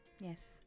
yes